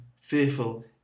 fearful